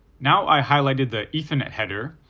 now i highlighted the ethernet header,